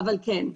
אבל כן,